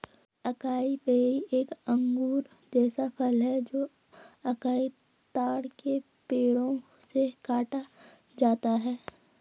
acai berry एक अंगूर जैसा फल है जो अकाई ताड़ के पेड़ों से काटा जाता है